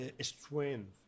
strength